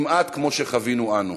כמעט, כמו שחווינו אנו?